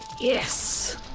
Yes